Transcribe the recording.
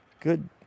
good